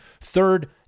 Third